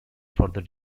further